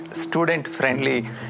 student-friendly